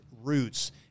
roots